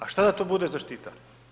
A šta da to bude zaštitar?